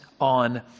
on